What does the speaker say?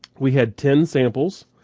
we had ten samples,